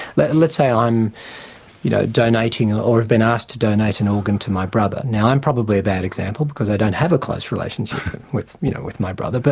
but and let's say i'm you know donating or have been asked to donate an organ to my brother. now, i'm probably a bad example, because i don't have a close relationship with you know with my brother. but